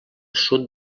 sud